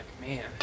man